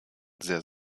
sehr